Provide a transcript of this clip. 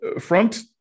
front-